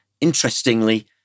Interestingly